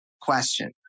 question